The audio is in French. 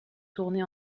tournée